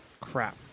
Crap